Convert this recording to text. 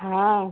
हाँ